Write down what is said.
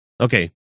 okay